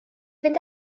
fynd